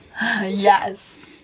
Yes